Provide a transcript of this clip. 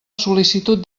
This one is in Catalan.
sol·licitud